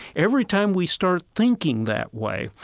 every time we start thinking that way,